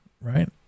right